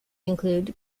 include